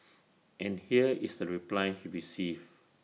and here is the reply he received